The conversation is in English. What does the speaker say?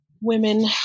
women